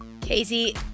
Casey